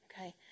Okay